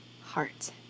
heart